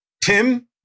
Tim